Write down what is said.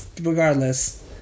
regardless